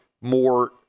more